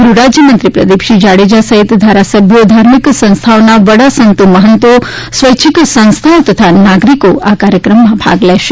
ગૃહરાજ્યમંત્રી પ્રદિપસિંહ જાડેજા સહિત ધારાસભ્યો ધાર્મિક સંસ્થાઓના વડા સંતો મહંતો સ્વૈચ્છીક સંસ્થાઓ તથા નાગરીકો આ કાર્યક્રમમાં ભાગ લેશે